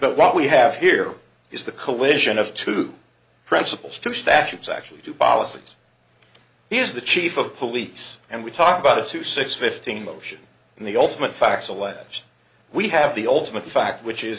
but what we have here is the collision of two principles two statutes actually do policies he's the chief of police and we talk about a two six fifteen motion and the ultimate facts alleged we have the ultimate fact which is